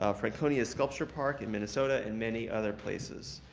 um franconia sculpture park in minnesota, and many other places.